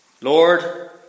Lord